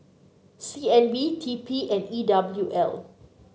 C N B T P and E W L